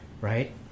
Right